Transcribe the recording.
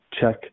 check